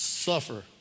Suffer